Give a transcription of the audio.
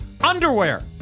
underwear